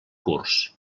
curs